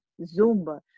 Zumba